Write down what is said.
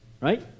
right